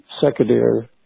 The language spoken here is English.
secondary